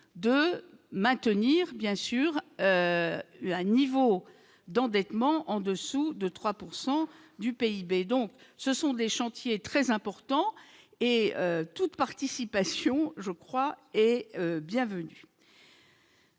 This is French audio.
de maintenir bien sûr le niveau d'endettement en-dessous de 3 pourcent du PIB, donc ce sont des chantiers très importants et toute participation, je crois, et bienvenue.